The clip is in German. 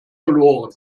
verloren